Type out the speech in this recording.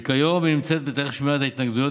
וכיום היא נמצאת בתהליך שמיעת ההתנגדויות